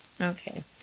Okay